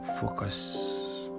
focus